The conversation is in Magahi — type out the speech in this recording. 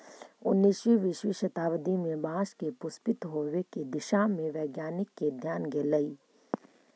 उन्नीसवीं बीसवीं शताब्दी में बाँस के पुष्पित होवे के दिशा में वैज्ञानिक के ध्यान गेलई